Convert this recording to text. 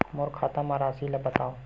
मोर खाता म राशि ल बताओ?